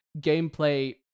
gameplay